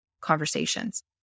conversations